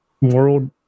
world